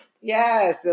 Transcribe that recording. Yes